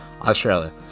Australia